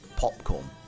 popcorn